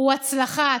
הוא הצלחה,